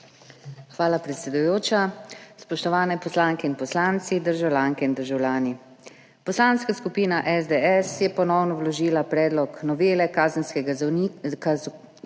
Hvala, predsedujoča. Spoštovani poslanke in poslanci, državljanke in državljani! Poslanska skupina SDS je ponovno vložila predlog novele Kazenskega zakonika,